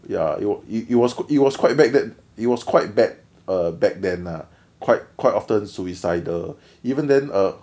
ya it it was it was quite bad it was quite bad back then lah quite quite often suicidal even then uh